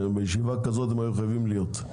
בישיבה כזאת הם היו חייבים להיות.